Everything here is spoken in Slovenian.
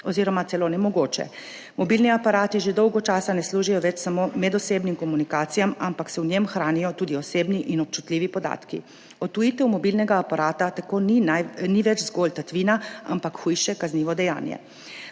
oziroma celo nemogoče. Mobilni aparati že dolgo časa ne služijo več samo medosebnim komunikacijam, ampak se v njih hranijo tudi osebni in občutljivi podatki. Odtujitev mobilnega aparata tako ni več zgolj tatvina, ampak hujše kaznivo dejanje.